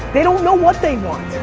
they don't know what they want.